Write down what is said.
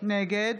נגד